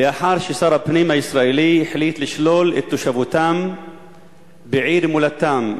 לאחר ששר הפנים הישראלי החליט לשלול את תושבותם בעיר מולדתם,